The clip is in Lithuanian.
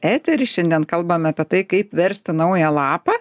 eterį šiandien kalbame apie tai kaip versti naują lapą